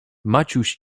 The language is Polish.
maciuś